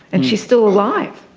and she's still alive.